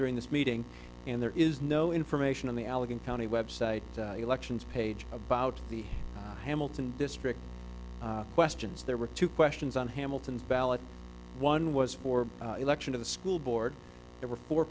during this meeting and there is no information on the allegheny county website elections page about the hamilton district questions there were two questions on hamilton's ballot one was for election of a school board there were four